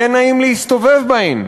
יהיה נעים להסתובב בהן.